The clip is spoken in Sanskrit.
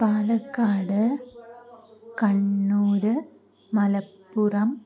पालक्काडु कण्णूरु मलप्पुरम्